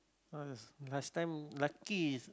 ah last time lucky